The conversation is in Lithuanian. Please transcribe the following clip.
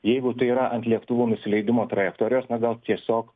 jeigu tai yra ant lėktuvų nusileidimo trajektorijos na gal tiesiog